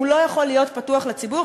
לא יכולים להיות פתוחים לציבור,